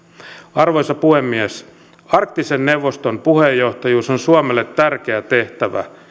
arvoisa puhemies arktisen neuvoston puheenjohtajuus on suomelle tärkeä tehtävä